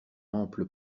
ample